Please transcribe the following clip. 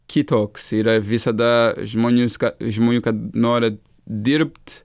kitoks yra visada žmonių viską žmonių kad nori dirbt